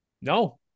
No